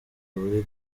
muri